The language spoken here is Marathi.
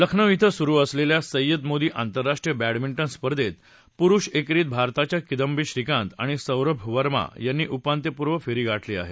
लखनऊ ध्वां सुरु असलेल्या सैद मोदी आंतरराष्ट्रीय बॅडमिंटन स्पर्धेत पुरुष एकेरीत भारताच्या किंदबी श्रीकांत आणि सौरभ वर्मा यांनी उपांत्यपूर्व फेरी गाव्ली आहे